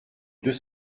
deux